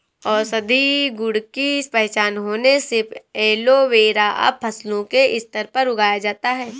औषधीय गुण की पहचान होने से एलोवेरा अब फसलों के स्तर पर उगाया जाता है